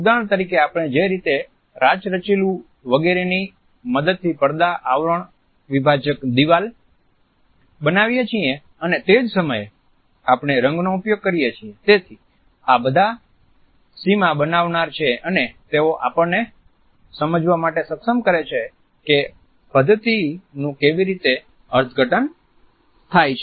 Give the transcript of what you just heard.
ઉદાહરણ તરીકે આપણે જે રીતે રાચરચીલું વગેરેની મદદથી પડદા આવરણ વિભાજક દીવાલ બનાવી છીએ અને તે જ સમયે આપણે રંગનો ઉપયોગ કરી છીએ તેથી આ બધા સીમા બનાવનાર છે અને તેઓ આપણને સમજવા માટે સક્ષમ કરે છે કે પદ્ધતિનું કેવી રીતે અર્થઘટન થાય છે